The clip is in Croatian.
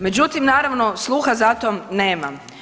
Međutim, naravno sluha za to nema.